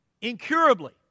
incurably